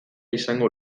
izango